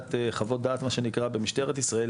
בחוליית חוות דעת מה שנקרא במשטרת ישראל,